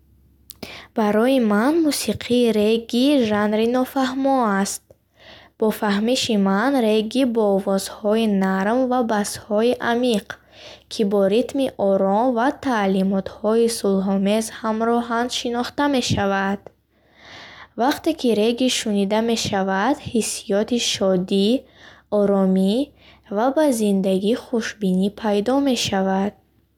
Барои ман мусиқии регги жанри нофаҳмо аст. Бо фаҳмиши ман регги бо овозҳои нарм ва басҳои амиқ, ки бо ритми ором ва таълимотҳои сулҳомез ҳамроҳанд, шинохта мешавад. Вақте ки регги шунида мешавад, ҳиссиёти шодӣ, оромӣ ва ба зиндагӣ хушбинӣ пайдо мешавад.